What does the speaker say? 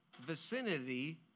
vicinity